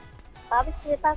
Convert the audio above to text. labas rytas